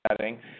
setting